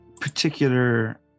particular